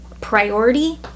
priority